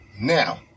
now